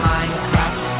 Minecraft